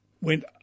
went